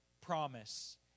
promise